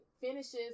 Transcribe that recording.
finishes